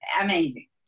Amazing